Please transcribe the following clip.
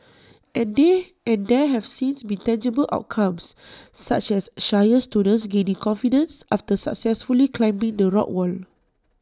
and they and there have since been tangible outcomes such as shyer students gaining confidence after successfully climbing the rock wall